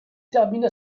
termina